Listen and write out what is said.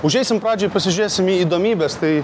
užeisim pradžioj pasižiūrėsim į įdomybes tai